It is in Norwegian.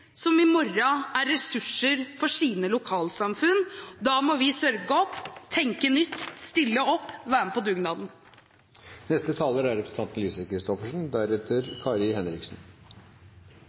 som i morgen er ressurser for sine lokalsamfunn. Da må vi følge opp, tenke nytt, stille opp og være med på